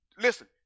Listen